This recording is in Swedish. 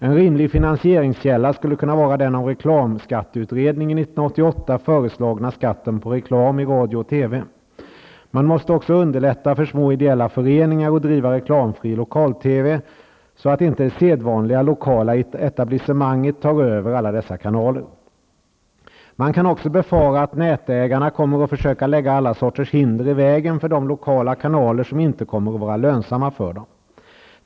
En rimlig finanseringskälla skulle kunna vara den av reklamskatteutredningen 1988 föreslagna skatten på reklam i radio och TV. Man måste också underlätta för små idéella föreningar att driva reklamfri lokal-TV, så att inte det sedvanliga lokala etablissemanget tar över alla dessa kanaler. Man kan också befara att nätägarna kommer att försöka lägga alla sorters hinder i vägen för de lokala kanaler som inte kommer att vara lönsamma för dem.